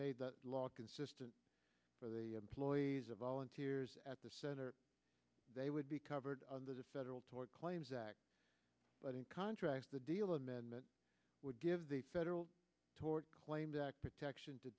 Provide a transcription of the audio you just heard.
made that law consistent for the employees of volunteers at the center they would be covered under the federal tort claims act but in contrast the deal amendment would give the federal tort claims act protection to